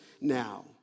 now